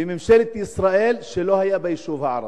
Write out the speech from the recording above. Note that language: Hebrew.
בממשלת ישראל שלא היה ביישוב ערבי.